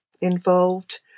involved